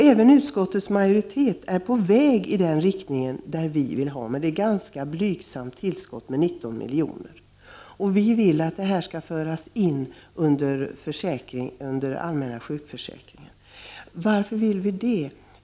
Även utskottets majoritet är på väg i den riktning som vi eftersträvar, men 19 milj.kr. är ett ganska blygsamt tillskott. Vi vill att det här skall föras in under den allmänna sjukförsäkringen. Varför vill vi det?